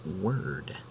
word